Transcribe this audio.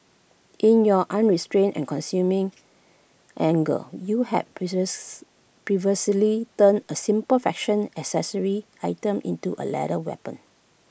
in your unrestrained and consuming anger you had perversely turned A simple fashion accessory item into A lethal weapon